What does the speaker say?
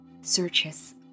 searches